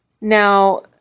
Now